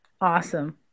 Awesome